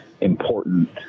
important